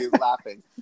laughing